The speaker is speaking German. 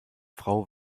frau